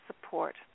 support